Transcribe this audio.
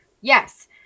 Yes